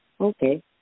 Okay